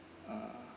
uh